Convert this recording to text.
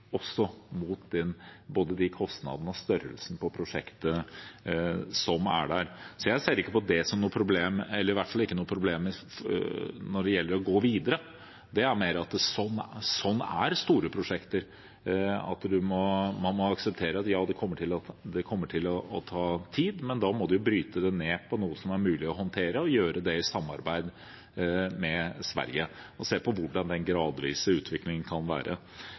størrelsen på prosjektet. Jeg ser altså ikke på det som noe problem når det gjelder å gå videre. Det er mer at sånn er store prosjekter, man må akseptere at det kommer til å ta tid. Men da må man bryte det ned til noe som er mulig å håndtere, og gjøre det i samarbeid med Sverige, og se på hvordan den gradvise utviklingen kan være.